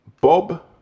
Bob